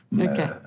Okay